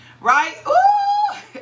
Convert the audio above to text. right